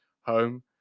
home